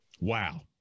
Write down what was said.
Wow